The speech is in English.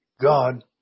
God